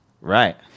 Right